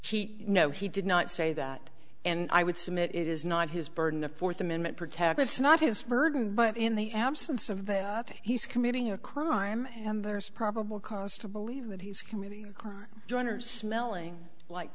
he he no he did not say that and i would submit it is not his burden the fourth amendment protects not his burden but in the absence of that he's committing a crime and there's probable cause to believe that he's committing a crime joiners smelling like